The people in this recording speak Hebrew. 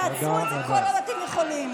תעצרו את זה כל עוד אתם יכולים.